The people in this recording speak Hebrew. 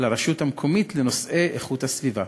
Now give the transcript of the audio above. לרשות המקומית לנושאי איכות הסביבה.